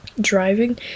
driving